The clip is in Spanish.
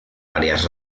varias